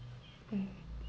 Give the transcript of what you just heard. mm